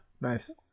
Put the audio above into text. Nice